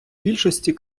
більшості